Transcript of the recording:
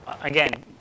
Again